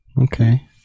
Okay